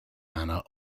manor